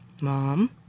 Mom